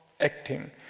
acting